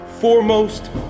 foremost